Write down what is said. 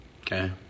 Okay